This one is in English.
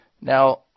Now